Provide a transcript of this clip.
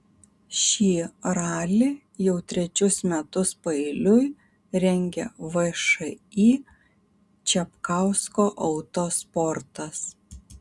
šį ralį jau trečius metus paeiliui rengia všį čapkausko autosportas